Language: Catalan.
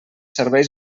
serveis